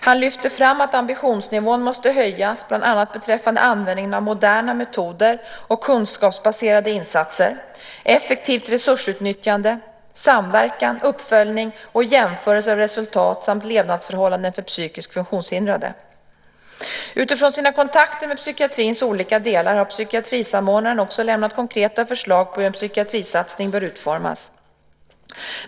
Han lyfter fram att ambitionsnivån måste höjas bland annat beträffande användningen av moderna metoder och kunskapsbaserade insatser, effektivt resursutnyttjande, samverkan, uppföljning och jämförelser av resultat samt levnadsförhållanden för psykiskt funktionshindrade. Utifrån sina kontakter med psykiatrins olika delar har psykiatrisamordnaren också lämnat konkreta förslag på hur en psykiatrisatsning bör utformas.